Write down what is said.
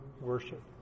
worship